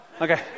Okay